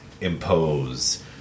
impose